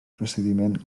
procediment